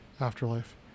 Afterlife